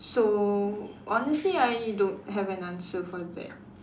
so honestly I don't have an answer for that